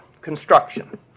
construction